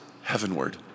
heavenward